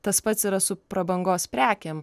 tas pats yra su prabangos prekėm